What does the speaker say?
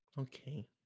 Okay